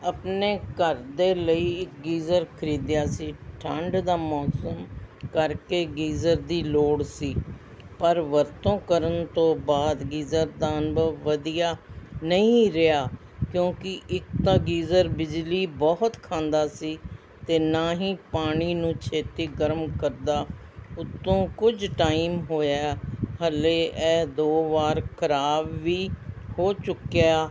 ਆਪਣੇ ਘਰ ਦੇ ਲਈ ਗੀਜ਼ਰ ਖਰੀਦਿਆ ਸੀ ਠੰਡ ਦਾ ਮੌਸਮ ਕਰਕੇ ਗੀਜ਼ਰ ਦੀ ਲੋੜ ਸੀ ਪਰ ਵਰਤੋਂ ਕਰਨ ਤੋਂ ਬਾਅਦ ਗੀਜ਼ਰ ਦਾ ਅਨੁਭਵ ਵਧੀਆ ਨਹੀਂ ਰਿਹਾ ਕਿਉਂਕਿ ਇੱਕ ਤਾਂ ਗੀਜ਼ਰ ਬਿਜਲੀ ਬਹੁਤ ਖਾਂਦਾ ਸੀ ਅਤੇ ਨਾ ਹੀ ਪਾਣੀ ਨੂੰ ਛੇਤੀ ਗਰਮ ਕਰਦਾ ਉੱਤੋਂ ਕੁਝ ਟਾਈਮ ਹੋਇਆ ਹਾਲੇ ਇਹ ਦੋ ਵਾਰ ਖਰਾਬ ਵੀ ਹੋ ਚੁੱਕਿਆ